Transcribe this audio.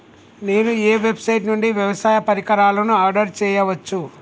నేను ఏ వెబ్సైట్ నుండి వ్యవసాయ పరికరాలను ఆర్డర్ చేయవచ్చు?